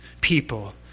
people